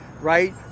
right